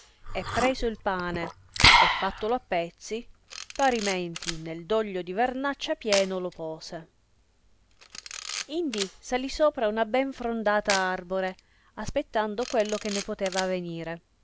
e preso il pane e fattolo in pezzi parimenti nel doglio di vernaccia pieno lo pose indi salì sopra una ben frondata arbore aspettando quello che ne poteva avenire